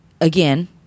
Again